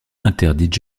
interdite